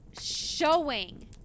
showing